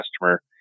customer